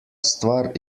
stvar